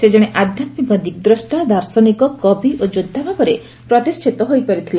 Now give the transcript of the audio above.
ସେ ଜଣେ ଆଧ୍ୟାତ୍ମିକ ଦିଗ୍ଦ୍ରଷ୍ଟା ଦାର୍ଶନିକ କବି ଓ ଯୋଦ୍ଧା ଭାବରେ ପ୍ରତିଷ୍ଠିତ ହୋଇପାରିଥିଲେ